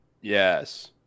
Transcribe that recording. Yes